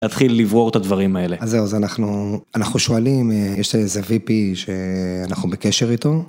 להתחיל לברור את הדברים האלה. אז זהו, אנחנו אנחנו שואלים יש איזה VP שאנחנו בקשר איתו.